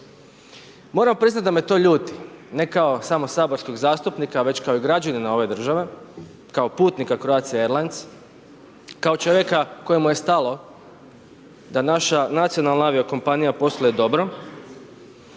Moram priznati da me to ljuti ne kao samo saborskog zastupnika već i kao građanina ove države, kao putnika Croatie Airlines, kao čovjeka kojemu je stalo da naša nacionalna avio-kompanija posluje dobro